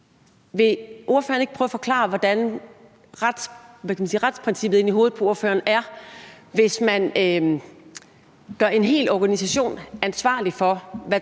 Vil ordføreren ikke prøve at forklare, hvordan retsprincippet ifølge ordføreren er, hvis man gør en hel organisation ansvarlig for,